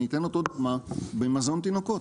אני אתן אותה דוגמה במזון תינוקות.